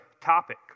topic